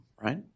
right